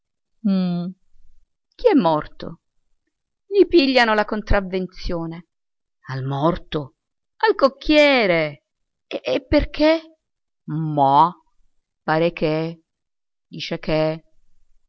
uhm chi è morto gli pigliano la contravvenzione al morto al cocchiere e perché mah pare che dice che